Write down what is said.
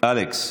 אלכס,